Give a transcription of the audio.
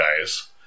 guys